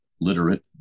literate